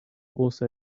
also